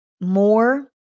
more